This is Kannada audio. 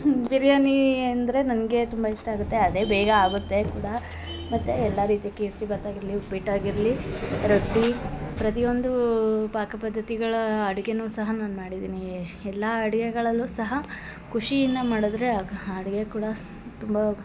ಬಿರ್ಯಾನಿ ಅಂದರೆ ನನಗೆ ತುಂಬ ಇಷ್ಟ ಆಗುತ್ತೆ ಅದೇ ಬೇಗ ಆಗುತ್ತೆ ಕೂಡ ಮತ್ತು ಎಲ್ಲಾ ರೀತಿ ಕೇಸ್ರಿಬಾತು ಆಗಿರಲಿ ಉಪ್ಪಿಟ್ಟು ಆಗಿರಲಿ ರೊಟ್ಟಿ ಪ್ರತಿಯೊಂದು ಪಾಕ ಪದ್ಧತಿಗಳ ಅಡ್ಗೆನು ಸಹ ನಾನು ಮಾಡಿದ್ದೀನಿ ಎಲ್ಲಾ ಅಡ್ಗೆಗಳಲ್ಲು ಸಹ ಖುಷಿಯಿಂದ ಮಾಡಿದರೆ ಆಗ ಅಡ್ಗೆ ಕೂಡ ತುಂಬ